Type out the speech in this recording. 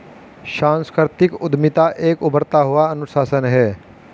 सांस्कृतिक उद्यमिता एक उभरता हुआ अनुशासन है